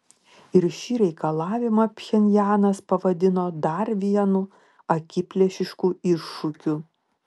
ir šį reikalavimą pchenjanas pavadino dar vienu akiplėšišku iššūkiu